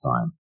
time